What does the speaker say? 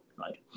right